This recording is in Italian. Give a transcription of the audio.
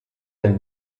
del